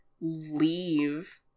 leave